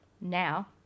Now